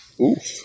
Oof